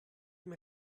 mir